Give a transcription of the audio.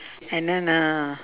and then uh